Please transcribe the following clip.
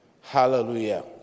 Hallelujah